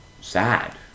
sad